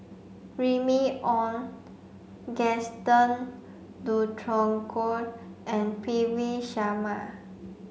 Remy Ong Gaston Dutronquoy and P V Sharma